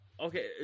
okay